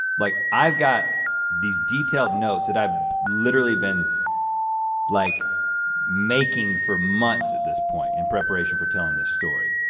like i've got these detailed notes that i've literally been like making for months at this point in preparation for telling this story.